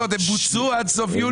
התוכניות בוצעו עד סוף יוני.